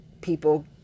people